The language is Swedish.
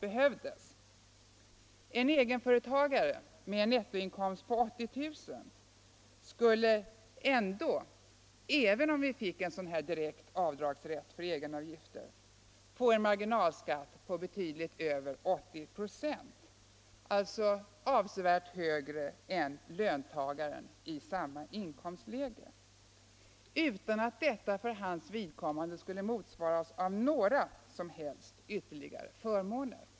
En egenföretagare med en nettoinkomst på ungefär 80 000 kr. skulle även med en direkt rätt till avdrag för egenavgifter få en marginalskatt på mer än 80 96 — alltså avsevärt högre än en löntagare i samma inkomstläge — utan att detta för hans vidkommande skulle motsvaras av några som helst ytterligare förmåner.